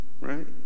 right